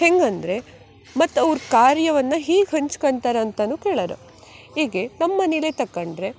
ಹೆಂಗಂದರೆ ಮತ್ತು ಅವ್ರು ಕಾರ್ಯವನ್ನು ಹೇಗ್ ಹಂಚ್ಕಂತರೆ ಅಂತಲೂ ಕೇಳರ ಈಗ ನಮ್ಮ ಮನೆಲೇ ತಕೊಂಡ್ರೆ